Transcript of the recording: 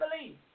believe